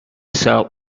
cell